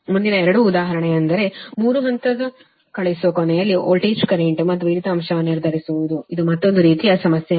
ಮುಂದಿನ 2 ಉದಾಹರಣೆಯೆಂದರೆ 3 ಹಂತದ ಕಳುಹಿಸುವ ಕೊನೆಯಲ್ಲಿ ವೋಲ್ಟೇಜ್ ಕರೆಂಟ್ ಮತ್ತು ವಿದ್ಯುತ್ ಅಂಶವನ್ನು ನಿರ್ಧರಿಸುವುದು ಇದು ಮತ್ತೊಂದು ರೀತಿಯ ಸಮಸ್ಯೆಯಾಗಿದೆ